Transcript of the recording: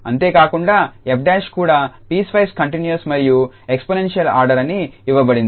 అంతేకాకుండా 𝑓′ కూడా piecewise continuous మరియు ఎక్స్పోనెన్షియల్ ఆర్డర్ అని ఇవ్వబడింది